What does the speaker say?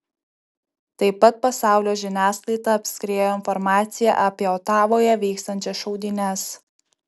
tai pat pasaulio žiniasklaidą apskriejo informacija apie otavoje vykstančias šaudynes